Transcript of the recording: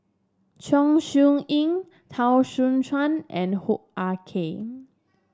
Chong Siew Ying Teo Soon Chuan and Hoo Ah Kay